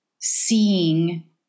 seeing